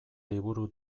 liburu